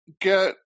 get